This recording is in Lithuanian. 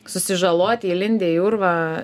susižalot įlindę į urvą